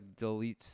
deletes